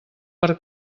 per